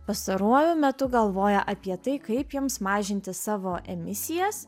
pastaruoju metu galvoja apie tai kaip jiems mažinti savo emisijas